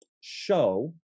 show